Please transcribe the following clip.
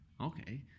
okay